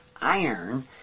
iron